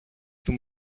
του